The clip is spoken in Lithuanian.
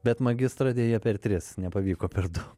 bet magistrą deja per tris nepavyko per du